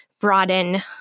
broaden